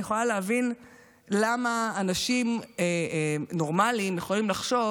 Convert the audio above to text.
אני יכולה להבין למה אנשים נורמליים יכולים לחשוב